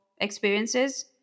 experiences